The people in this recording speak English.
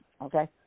okay